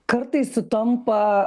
kartais sutampa